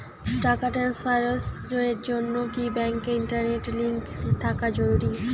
টাকা ট্রানস্ফারস এর জন্য কি ব্যাংকে ইন্টারনেট লিংঙ্ক থাকা জরুরি?